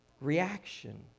reaction